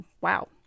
wow